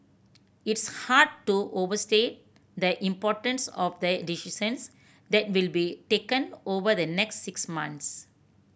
it's hard to overstate the importance of the decisions that will be taken over the next six months